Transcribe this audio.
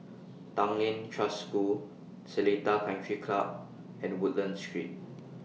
Tanglin Trust School Seletar Country Club and Woodlands Street